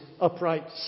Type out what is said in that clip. upright